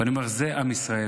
ואני אומר: זה עם ישראל.